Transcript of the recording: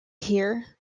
here